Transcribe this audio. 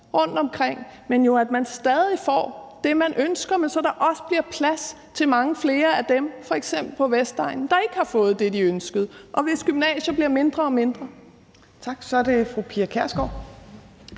rundtomkring, men at man stadig får det, man ønsker, men så der også bliver plads til mange flere af dem på f.eks. Vestegnen, der ikke har fået det, de ønskede, og hvis gymnasier bliver mindre og mindre. Kl. 13:57 Tredje næstformand